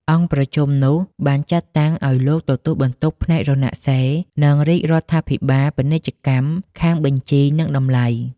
អង្គប្រជុំនោះ បានចាត់តាំងឱ្យលោកទទួលបន្ទុកផ្នែករណសិរ្ស និងរាជរដ្ឋាភិបាលពាណិជ្ជកម្មខាងបញ្ជី និងតម្លៃ ។